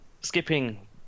skipping